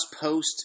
post